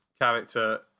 character